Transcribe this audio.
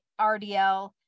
RDL